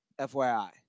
FYI